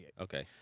Okay